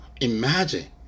Imagine